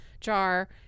jar